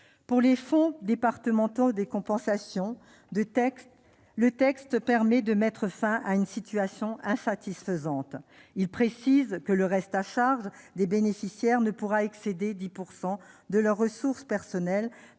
pour les fonds départementaux de compensation, le texte permet de mettre fin à une situation insatisfaisante. Il précise que le reste à charge des bénéficiaires ne pourra excéder 10 % de leurs ressources personnelles